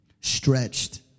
Stretched